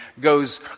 goes